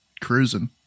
cruising